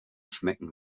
schmecken